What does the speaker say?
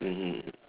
mm